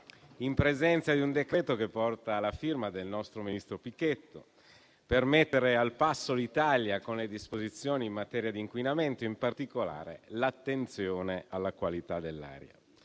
conversione di un decreto-legge che porta la firma del nostro ministro Pichetto Fratin, per mettere al passo l'Italia con le disposizioni in materia di inquinamento, con particolare attenzione alla qualità dell'aria.